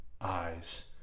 eyes